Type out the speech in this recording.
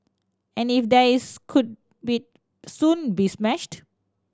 and if there is could be soon be smashed